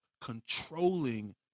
controlling